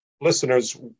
listeners